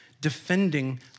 defending